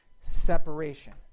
separation